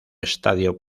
estadio